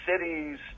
cities